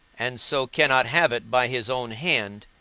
and so cannot have it by his own hand,